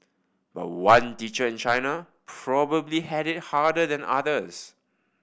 but one teacher in China probably had it harder than others